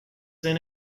then